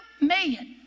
million